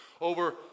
Over